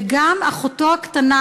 וגם אחותו הקטנה,